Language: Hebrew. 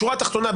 השורה התחתונה,